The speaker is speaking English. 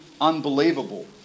unbelievable